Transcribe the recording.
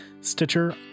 Stitcher